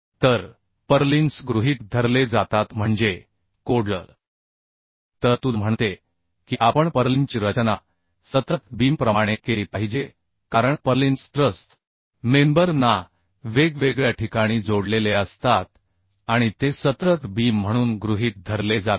तर पर्लिन्स गृहीत धरले जातात म्हणजे कोडल तरतूद म्हणते की आपण पर्लिनची रचना सतत बीमप्रमाणे केली पाहिजे कारण पर्लिन्स ट्रस मेंबर ना वेगवेगळ्या ठिकाणी जोडलेले असतात आणि ते सतत बीम म्हणून गृहीत धरले जाते